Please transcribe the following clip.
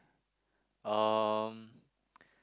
um